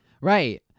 Right